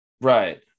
Right